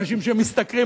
אנשים משתכרים,